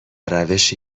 روشی